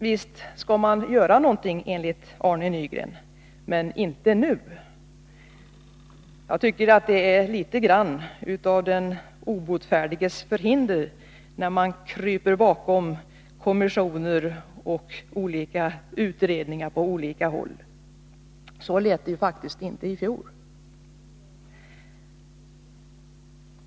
Visst skall man göra någonting, enligt Arne Nygren — men inte nu. Jag tycker att det är litet grand av den obotfärdiges förhinder när man kryper bakom kommissioner och utredningar på olika håll. Så lät det ju inte i fjol.